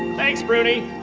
thanks, bruni.